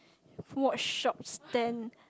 watch shop stand